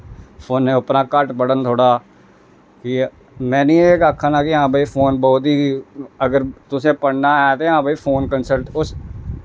फोनै उप्परा घट्ट पढ़न थोह्ड़ा ठीक ऐ में निं एह् आखा ना कि हां भाई फोन बौह्त ही अगर तुसें पढ़ना ऐ ते हां भाई फोन कंस्लट उस